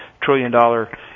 trillion-dollar